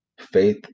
faith